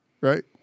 right